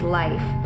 life